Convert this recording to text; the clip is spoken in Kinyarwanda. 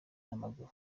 n’amaguru